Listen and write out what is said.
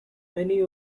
many